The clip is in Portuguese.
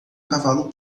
cavalo